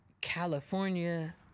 California